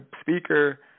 speaker